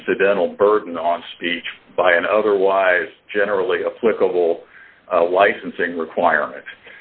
incidental burden on speech by an otherwise generally a political licensing requirements